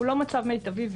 הוא לא מצב מיטבי,